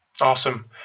awesome